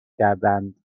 کردند